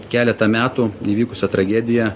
keletą metų įvykusią tragediją